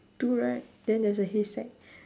two right then there's a haystack